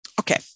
Okay